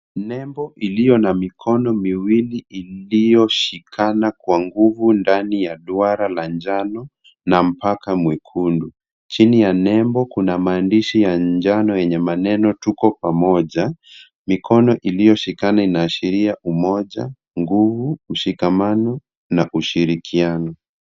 Nembo iliyo na mikono miwili ilioshikana kwa nguvu ndani ya duara la njano na mpaka mwekundu. Chini ya nembo kuna maandishi ya njano yenye maneno tuko pamoja. Mikono iliyoshikana inaashiria umoja, nguvu, ushikamano na ushirikiano.